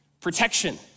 protection